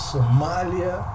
Somalia